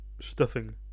stuffing